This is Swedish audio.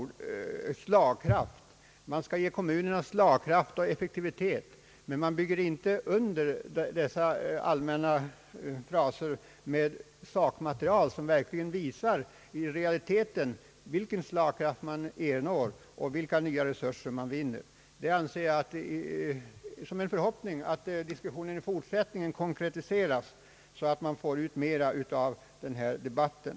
Det har talats om att ge kommunerna slagkraft och effektivitet, men dessa allmänna fraserna har inte underbyggts med något sakmaterial, som visar vilken slagkraft man i realiteten erhåller och vilka nya resurser man vinner. Det är min förhoppning att diskussionen i fortsättningen konkretiseras, så att vi får större utbyte av debatten.